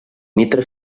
nitra